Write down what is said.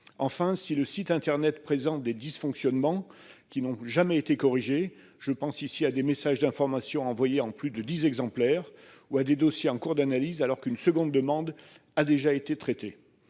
Enfin, le site internet présente des dysfonctionnements qui n'ont jamais été corrigés ; je pense ici à des messages d'information envoyés en plus de dix exemplaires ou à des dossiers en cours d'analyse alors qu'une seconde demande a déjà été traitée.